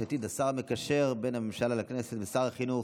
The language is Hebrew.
עתיד השר המקשר בין הממשלה לכנסת ושר החינוך,